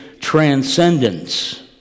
transcendence